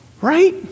Right